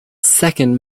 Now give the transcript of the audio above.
second